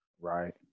Right